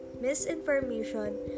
Misinformation